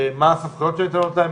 מה הסמכויות שניתנות להם,